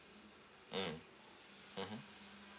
mm mmhmm